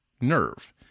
nerve